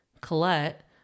Colette